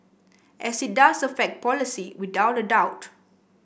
and it does affect policy without a doubt